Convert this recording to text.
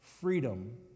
freedom